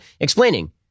explaining